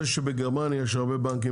זה שבגרמניה יש הרבה בנקים,